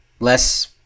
Less